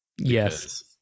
yes